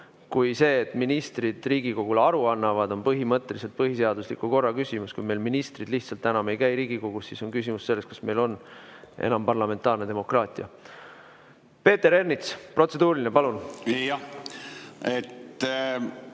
ka see, et ministrid Riigikogule aru annavad, on põhimõtteliselt põhiseadusliku korra küsimus. Kui meil ministrid lihtsalt enam ei käi Riigikogus, siis on küsimus selles, kas meil on enam parlamentaarne demokraatia. Peeter Ernits, protseduuriline, palun!